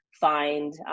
find